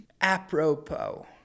apropos